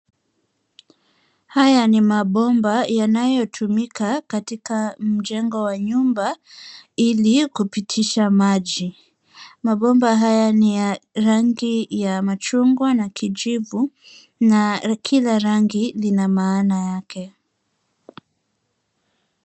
Haya ni mabomba yanayotumika katika mjengo wa nyumba ili kupitisha maji. Mabomba haya ni haya rangi ya machungwa na kijivu na kila rangi ina maana yake.